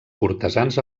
cortesans